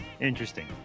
interesting